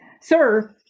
Sir